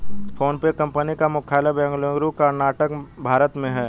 PhonePe company का मुख्यालय बेंगलुरु कर्नाटक भारत में है